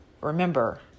remember